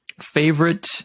Favorite